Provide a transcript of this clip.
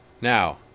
Now